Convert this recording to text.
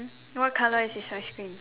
what color is his ice cream